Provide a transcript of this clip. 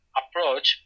approach